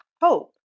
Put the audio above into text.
hope